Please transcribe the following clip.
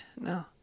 No